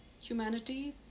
humanity